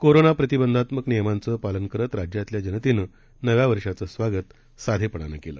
कोरोनाप्रतिबंधात्मकनियमांचंपालनकरतराज्यातल्याजनतेनंनव्यावर्षाचंस्वागतसाधेपणानंकेलं